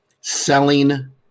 selling